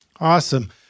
Awesome